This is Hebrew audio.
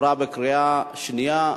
עברה בקריאה שנייה.